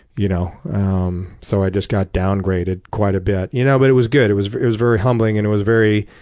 you know so i just got downgraded quite a bit. you know but it was good. it was very was very humbling, and it was very